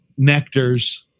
Nectars